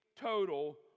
total